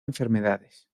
enfermedades